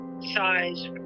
size